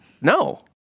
No